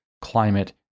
climate